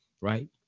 right